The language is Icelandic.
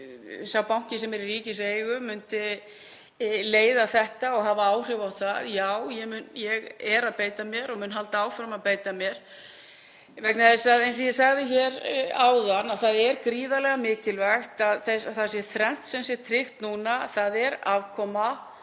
sá banki sem er í ríkiseigu myndi leiða þetta og hafa áhrif á það og já, ég er að beita mér og mun halda áfram að beita mér. Eins og ég sagði hér áðan er gríðarlega mikilvægt að það sé þrennt tryggt núna og það er afkoma,